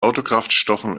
autokraftstoffen